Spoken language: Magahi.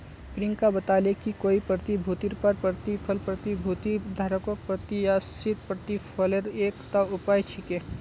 प्रियंका बताले कि कोई प्रतिभूतिर पर प्रतिफल प्रतिभूति धारकक प्रत्याशित प्रतिफलेर एकता उपाय छिके